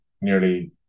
nearly